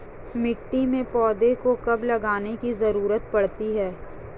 मिट्टी में पौधों को कब लगाने की ज़रूरत पड़ती है?